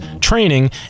training